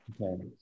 Okay